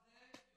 בגלל זה יורים?